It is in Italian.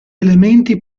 elementi